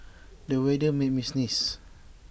the weather made me sneeze